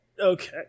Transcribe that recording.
Okay